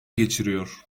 geçiriyor